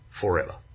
forever